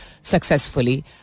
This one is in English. successfully